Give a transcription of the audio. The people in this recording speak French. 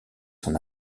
son